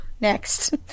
next